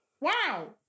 Wow